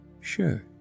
Sure